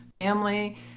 family